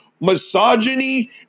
misogyny